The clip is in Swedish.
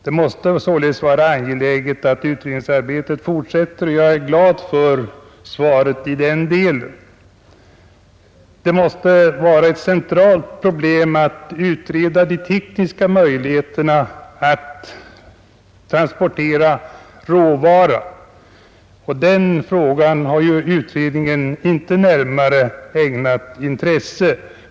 Det måste således vara angeläget att utredningsarbetet fortsätter. Jag är därför nöjd med svaret i den delen. Det måste vara ett centralt problem att utreda de tekniska möjligheterna att transportera råvaran, Den frågan har ju utredningen inte närmare ägnat intresse.